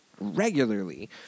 Regularly